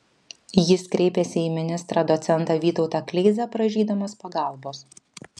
jis kreipėsi į ministrą docentą vytautą kleizą prašydamas pagalbos